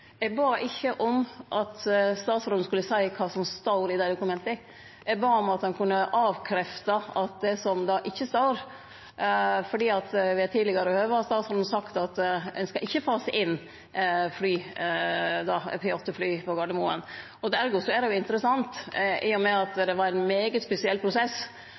Eg bad ikkje om at statsråden skulle seie kva som står i dei dokumenta. Eg spurde om han kunne avkrefte det som det ikkje står, for ved tidlegare høve har statsråden sagt at ein ikkje skal fase inn P-8-fly på Gardermoen. Ergo er det interessant, i og med at det var ein svært spesiell prosess